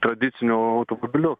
tradiciniu automobiliu